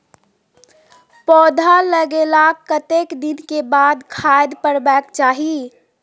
पौधा लागलाक कतेक दिन के बाद खाद परबाक चाही?